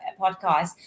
podcast